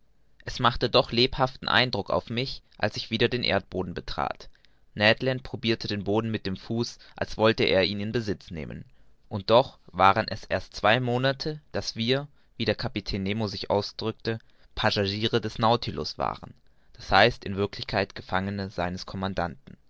es machte doch lebhaften eindruck auf mich als ich wieder den erdboden betrat ned land probirte den boden mit dem fuß als wolle er ihn in besitz nehmen und doch waren es erst zwei monate daß wir wie der kapitän nemo sich ausdrückte passagiere des nautilus waren d h in wirklichkeit gefangene seines commandanten